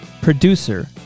producer